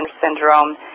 syndrome